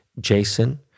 Jason